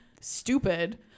stupid